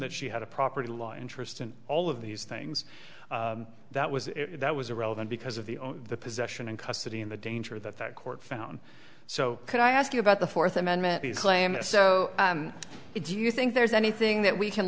that she had a property law interest in all of these things that was that was irrelevant because of the the possession and custody and the danger that that court found so could i ask you about the fourth amendment these claims so do you think there's anything that we can